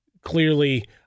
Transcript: clearly